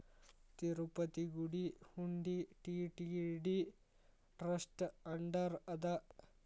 ತಿರುಪತಿ ಗುಡಿ ಹುಂಡಿ TTD trust under ಅದ